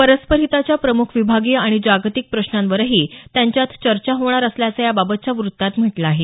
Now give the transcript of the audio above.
परस्परहिताच्या प्रमुख विभागीय आणि जागतिक प्रश्नांवरही त्यांच्यात चर्चा होणार असल्याचं याबाबतच्या व्रत्तात म्हटलं आहे